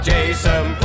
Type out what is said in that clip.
Jason